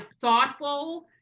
thoughtful